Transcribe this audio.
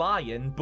lion